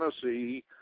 Tennessee